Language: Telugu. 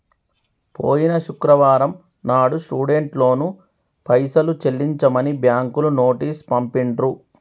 పోయిన శుక్రవారం నాడు స్టూడెంట్ లోన్ పైసలు చెల్లించమని బ్యాంకులు నోటీసు పంపిండ్రు